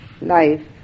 life